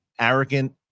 arrogant